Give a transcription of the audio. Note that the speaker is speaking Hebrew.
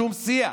שום שיח.